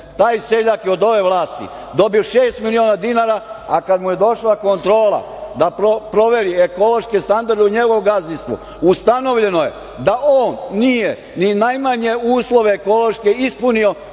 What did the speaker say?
Taj seljak je od ove vlasti dobio šest miliona dinara, a kad mu je došla kontrola da proveri ekološke standarde u njegovom gazdinstvu, ustanovljeno je da on nije ni najmanje uslove ekološke ispunio